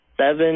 seven